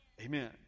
amen